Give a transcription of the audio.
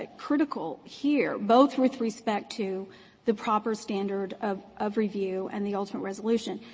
ah critical here, both with respect to the proper standard of of review and the ultimate resolution.